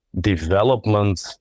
development